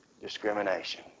discrimination